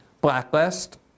blacklist